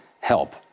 help